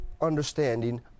understanding